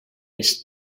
les